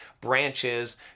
branches